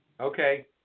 Okay